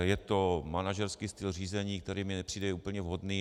Je to manažerský styl řízení, který mi nepřijde úplně vhodný.